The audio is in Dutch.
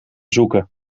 zoeken